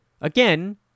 again